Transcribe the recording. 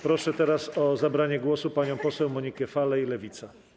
Proszę teraz o zabranie głosu panią poseł Monikę Falej, Lewica.